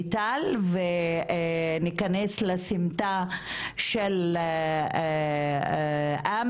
מיטל, ונכנס לסמטה של אמנה,